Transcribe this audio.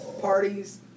parties